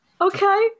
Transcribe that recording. Okay